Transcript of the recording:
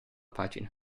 pagina